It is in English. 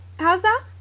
how's that?